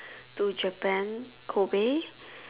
to Japan Kobe